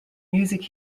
music